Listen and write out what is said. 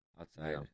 outside